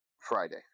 friday